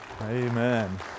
Amen